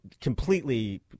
completely